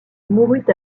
mourut